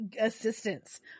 assistance